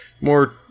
More